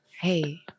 hey